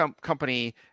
company